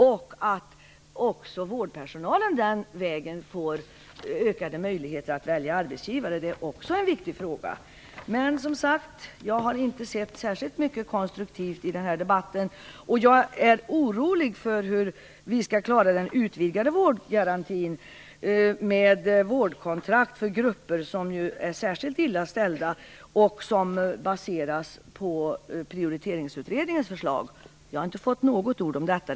På så sätt kan också vårdpersonalen få ökade möjligheter att välja arbetsgivare. Det är också en viktig fråga. Men, som sagt, jag har inte hört särskilt mycket konstruktivt i den här debatten. Jag är orolig för hur vi skall klara av den utvigdade vårdgarantin med vårdkontrakt för grupper som det är särskilt illa ställt med, som baseras på Prioriteringsutredningens förslag. Jag har inte hört något ord om detta.